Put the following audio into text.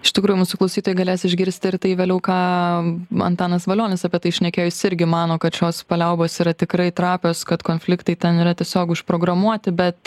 iš tikrųjų mūsų klausytojai galės išgirsti ir tai vėliau ką antanas valionis apie tai šnekėjo jis irgi mano kad šios paliaubos yra tikrai trapios kad konfliktai ten yra tiesiog užprogramuoti bet